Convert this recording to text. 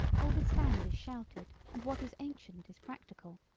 all the stand is shouted and what is ancient is practical.